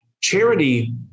Charity